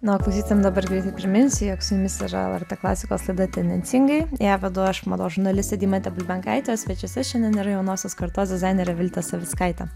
na o klausytojam dabar greitai priminsiu jog su jumis yra lrt klasikos laida tendencingai ją vedu aš mados žurnalistė deimantė bulbenkaitė svečiuose šiandien yra jaunosios kartos dizainerė viltė savickaitė